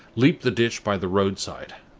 leaped the ditch by the road-side.